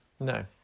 No